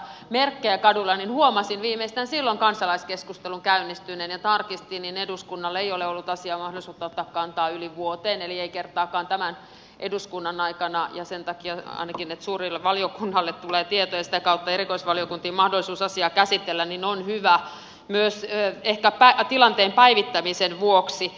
merkkejä kaduilla huomasin viimeistään silloin kansalaiskeskustelun käynnistyneen ja kun tarkistin niin eduskunnalla ei ole ollut asiaan mahdollisuutta ottaa kantaa yli vuoteen eli ei kertaakaan tämän eduskunnan aikana ja ainakin sen takia että suurelle valiokunnalle tulee tieto ja sitä kautta erikoisvaliokuntiin mahdollisuus asiaa käsitellä on hyvä myös ehkä tilanteen päivittäminen